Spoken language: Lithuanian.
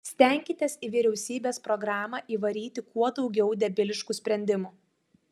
stenkitės į vyriausybės programą įvaryti kuo daugiau debiliškų sprendimų